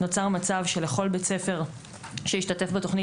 נוצר מצב שלכל בית ספר שהשתתף בתוכנית,